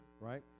right